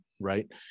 right